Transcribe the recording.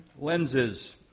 lenses